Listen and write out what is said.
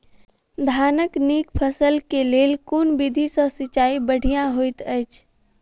धानक नीक फसल केँ लेल केँ विधि सँ सिंचाई बढ़िया होइत अछि?